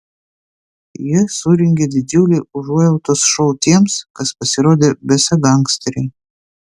jie surengė didžiulį užuojautos šou tiems kas pasirodė besą gangsteriai